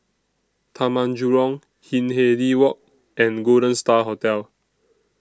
Taman Jurong Hindhede Walk and Golden STAR Hotel